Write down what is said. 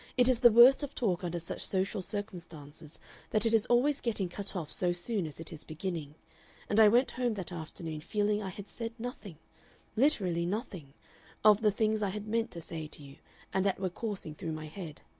it is the worst of talk under such social circumstances that it is always getting cut off so soon as it is beginning and i went home that afternoon feeling i had said nothing literally nothing of the things i had meant to say to you and that were coursing through my head.